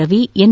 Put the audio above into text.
Ravi N